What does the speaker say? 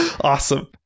Awesome